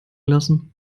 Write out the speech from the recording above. lassen